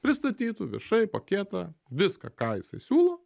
pristatytų viešai paketą viską ką jisai siūlo